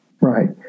right